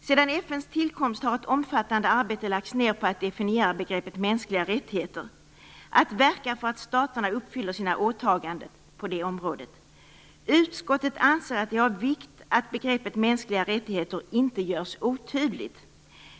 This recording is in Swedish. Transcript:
"Sedan FN:s tillkomst har ett omfattande arbete lagts ned på att definiera begreppet mänskliga rättigheter - och att verka för att staterna uppfyller sina åtaganden på det området. Utskottet anser att det är av vikt att begreppet mänskliga rättigheter inte görs otydligt.